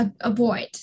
avoid